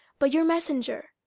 but your messenger,